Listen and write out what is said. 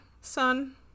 Sun